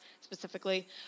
specifically